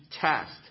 test